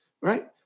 right